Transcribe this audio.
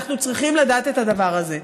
אנחנו צריכים לדעת את הדבר הזה.